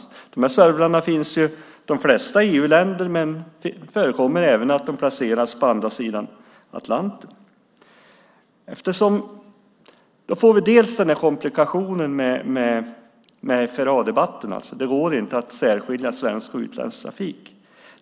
De flesta av de här servrarna finns i EU-länder, men det förekommer även att de placeras på andra sidan Atlanten. Då får vi komplikationen med FRA-debatten - det går inte att särskilja svensk och utländsk trafik.